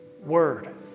Word